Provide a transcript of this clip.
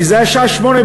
כי זה היה בשעה 20:00,